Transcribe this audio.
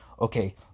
okay